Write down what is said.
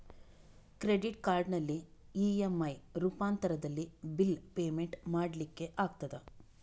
Credit ಕಾರ್ಡಿನಲ್ಲಿ EMI ರೂಪಾಂತರದಲ್ಲಿ bill payment ಮಾಡ್ಲಿಕ್ಕೆ ಆಗ್ತದ?